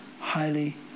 highly